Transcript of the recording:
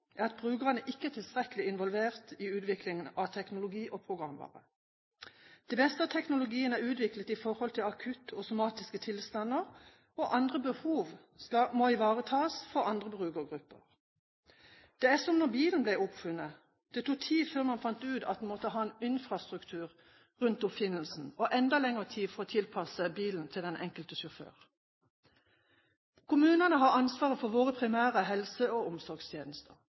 at brukerne ikke er tilstrekkelig involvert i utviklingen av teknologi og programvare. Det meste av teknologien er utviklet for akutte og somatiske tilstander, og andre behov må ivaretas for andre brukergrupper. Det er som når bilen ble oppfunnet: Det tok tid før man fant ut at man måtte ha en infrastruktur rundt oppfinnelsen og enda lengre tid for å tilpasse bilen til den enkelte sjåfør. Kommunene har ansvaret for våre primære helse- og omsorgstjenester